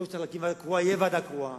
אם צריך להקים ועדה קרואה, תהיה ועדה קרואה.